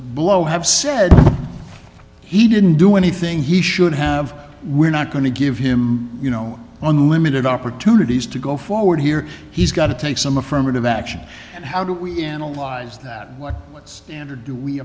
blow have said he didn't do anything he should have we're not going to give him you know on limited opportunities to go forward here he's got to take some affirmative action and how do we analyze that what standard do we